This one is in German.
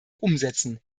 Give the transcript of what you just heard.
umsetzen